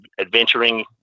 adventuring